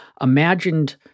imagined